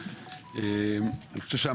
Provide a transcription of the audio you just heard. יוזמות שבאות להגן על הסביבה.